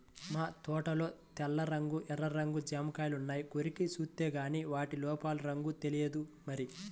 మా తోటలో తెల్ల రంగు, ఎర్ర రంగు జాంకాయలున్నాయి, కొరికి జూత్తేగానీ వాటి లోపల రంగు తెలియదు మరి